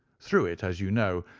through it, as you know,